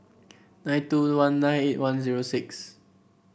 nine two one nine eight one zero six